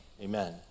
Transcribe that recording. amen